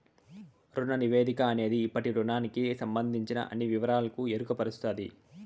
రుణ నివేదిక అనేది ఇప్పటి రుణానికి సంబందించిన అన్ని వివరాలకు ఎరుకపరుస్తది